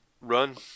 run